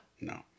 No